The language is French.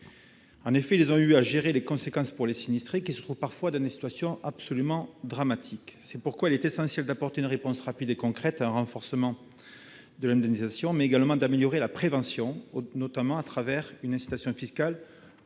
En effet, ils ont eu à en gérer les conséquences pour des sinistrés qui se trouvent parfois dans des situations absolument dramatiques. C'est pourquoi il est essentiel d'apporter une réponse rapide et concrète, avec un renforcement de l'indemnisation, mais également d'améliorer la prévention, notamment à travers une incitation fiscale